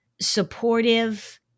supportive